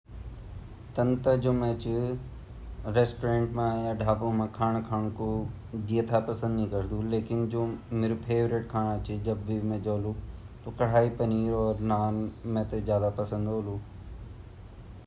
वन ता सप्ताह मा मि जनु नी पंद्रह दिन मा योक बार अर जान ता मी सागर रेस्तराँ माँ जानू अर या ता मी मैक डोनाल्ड मा जांदू यु द्वी रेस्तराँ मेरा सबसे फवौरिट छिन।